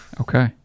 Okay